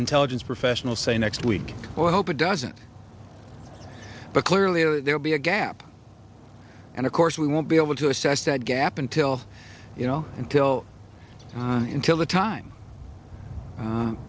intelligence professionals say next week or i hope it doesn't but clearly there will be a gap and of course we won't be able to assess that gap until you know until until the time